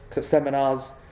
seminars